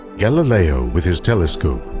galileo, with his telescope,